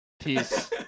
Peace